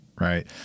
Right